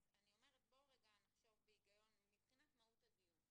בוא רגע נחשוב בהיגיון מבחינת מהות הדיון.